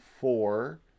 four